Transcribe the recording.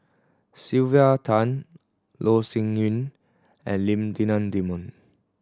Sylvia Tan Loh Sin Yun and Lim Denan Denon